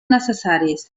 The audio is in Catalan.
necessaris